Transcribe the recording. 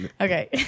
Okay